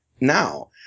now